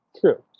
True